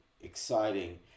exciting